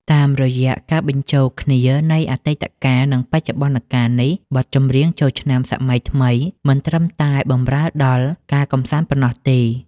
តាមរយៈការបញ្ចូលគ្នានៃអតីតកាល និងបច្ចុប្បន្នកាលនេះ បទចម្រៀងចូលឆ្នាំសម័យថ្មីមិនត្រឹមតែបម្រើដល់ការកម្សាន្តប៉ុណ្ណោះទេ។